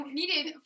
needed